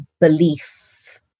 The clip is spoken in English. belief